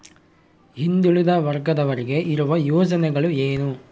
ಹಿಂದುಳಿದ ವರ್ಗದವರಿಗೆ ಇರುವ ಯೋಜನೆಗಳು ಏನು?